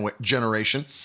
generation